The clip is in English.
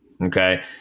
Okay